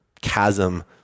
chasm